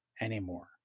anymore